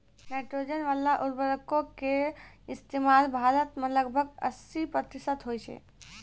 nitrogen बाला उर्वरको के इस्तेमाल भारत मे लगभग अस्सी प्रतिशत होय छै